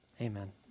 Amen